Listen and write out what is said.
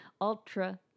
Ultra